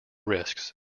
risks